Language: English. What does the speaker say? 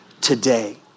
today